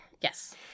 Yes